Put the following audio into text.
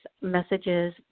messages